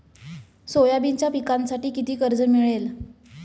सोयाबीनच्या पिकांसाठी किती कर्ज मिळेल?